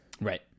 right